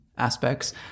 Aspects